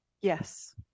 yes